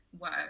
work